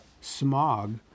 Smog